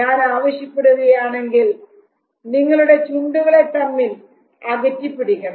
ഞാൻ ആവശ്യപ്പെടുകയാണെങ്കിൽ നിങ്ങളുടെ ചുണ്ടുകളെ തമ്മിൽ അകറ്റി പിടിക്കണം